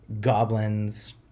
goblins